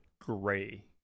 gray